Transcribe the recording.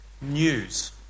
news